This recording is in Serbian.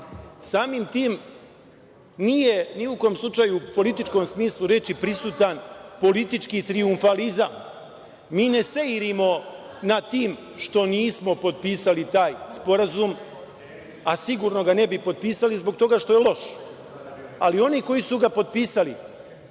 Samim tim, nije ni u kom slučaju u političkom smislu reči prisutan politički trijumfalizam. Mi ne seirimo nad tim što nismo potpisali taj Sporazum, a sigurno ga ne bismo potpisali zbog toga što je loš, ali oni koji su ga potpisali,